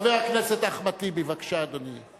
חבר הכנסת אחמד טיבי, בבקשה, אדוני.